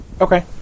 Okay